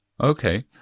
Okay